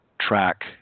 track